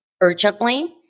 urgently